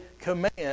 command